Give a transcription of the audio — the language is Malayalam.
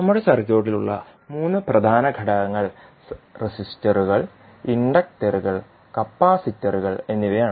നമ്മുടെ സർക്യൂട്ടിൽ ഉള്ള മൂന്ന് പ്രധാന ഘടകങ്ങൾ റെസിസ്റ്ററുകൾ ഇൻഡക്ടറുകൾ കപ്പാസിറ്ററുകൾ എന്നിവയാണ്